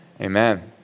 amen